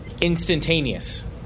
instantaneous